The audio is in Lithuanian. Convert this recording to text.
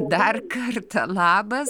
dar kartą labas